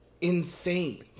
insane